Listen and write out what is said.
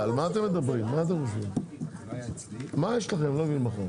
זאת, של הבנקאות?